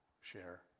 share